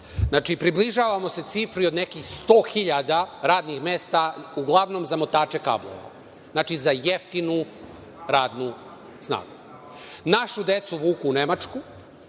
znači, približavamo se cifri od nekih 100.000 radnih mesta, uglavnom za motače kablova, znači, za jeftinu radnu snagu. Našu decu vuku u Nemačku.